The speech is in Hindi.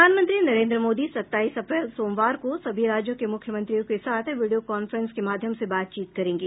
प्रधानमंत्री नरेन्द्र मोदी सत्ताईस अप्रैल सोमवार को सभी राज्यों के मुख्यमंत्रियों के साथ वीडियो कांफ्रेंस के माध्यम से बातचीत करेंगे